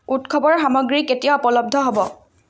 উৎসৱৰ সামগ্ৰী কেতিয়া উপলব্ধ হ'ব